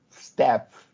step